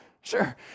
Sure